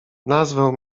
nazwę